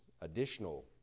additional